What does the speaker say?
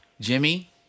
Jimmy